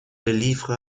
délivre